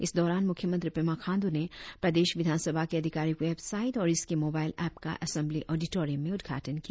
इस दौरान मुख्यमंत्री पेमा खांडू ने प्रदेश विधान सभा के अधिकारिक वेबसाईट और इसके मोबाईल एप का एसंब्ली ओडिटोरियम में उद्घाटन किया